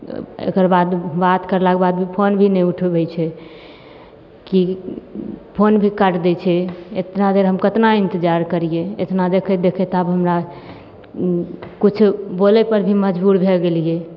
एकर बाद बात करलाक बाद फोन भी नहि उठबै छै की फोन भी काटि दै छै एतना देर हम कितना इंतजार करियै एतना देखैत देखैत आब हमरा किछु बोलै पर भी मजबूर भए गेलियै